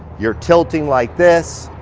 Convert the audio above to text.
you're tilting like this.